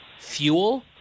fuel –